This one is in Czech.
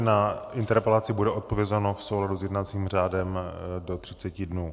Na interpelaci bude odpovězeno v souladu s jednacím řádem do 30 dnů.